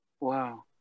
Wow